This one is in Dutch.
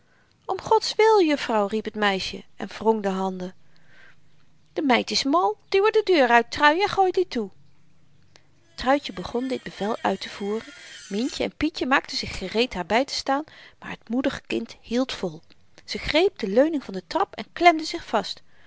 deur om godswil jufvrouw riep t meisje en wrong de handen de meid is mal duw r de deur uit trui en gooi die toe truitje begon dit bevel uittevoeren myntje en pietje maakten zich gereed haar bytestaan maar t moedig kind hield vol ze greep de leuning van de trap en klemde zich vast